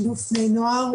שיתוף בני הנוער,